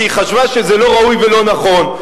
כי היא חשבה שזה לא ראוי ולא נכון.